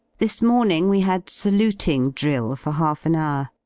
this morning we had saluting drill for half an hour.